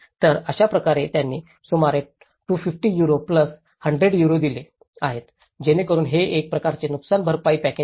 तर अशाप्रकारे त्यांनी सुमारे 250 युरो 100 युरो दिले आहेत जेणेकरून हे एक प्रकारचे नुकसान भरपाई पॅकेज आहे